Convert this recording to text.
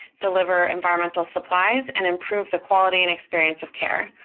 deliver environmental supplies, and improve the quality and experience of care.